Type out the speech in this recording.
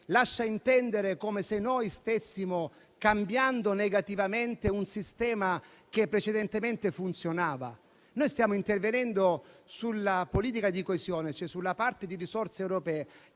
lascia intendere che stiamo cambiando negativamente un sistema che precedentemente funzionava. Noi stiamo intervenendo sulla politica di coesione, cioè sulla parte delle risorse europee